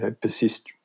persist